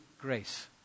grace